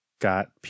got